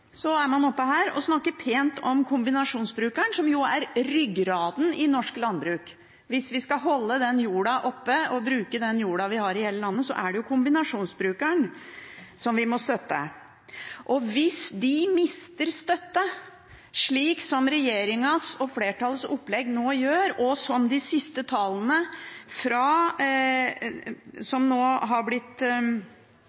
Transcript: så er man oppe her og snakker pent om kombinasjonsbrukeren, som er ryggraden i norsk landbruk. Hvis vi skal holde jorda oppe og bruke den jorda vi har i hele landet, er det jo kombinasjonsbrukeren som vi må støtte. Og hvis de mister støtte, slik som regjeringens og flertallets opplegg nå er, og som de siste tallene som har blitt offentliggjort fra Landbruksdirektoratet, viser, nemlig at de største nå